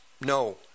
No